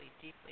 deeply